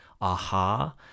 aha